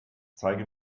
zeige